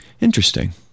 Interesting